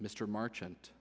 mr marchant